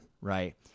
Right